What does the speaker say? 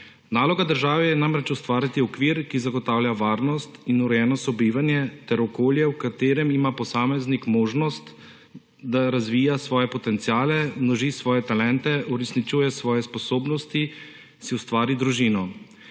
Naloga države je namreč ustvariti okvir, ki zagotavlja varnost in urejeno sobivanje, ter okolje, v katerem ima posameznik možnost, da razvija svoje potenciale, množi svoje talente, uresničuje svoje sposobnosti, si ustvari družino.